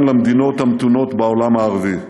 והן מובנות גם למדינות המתונות בעולם הערבי,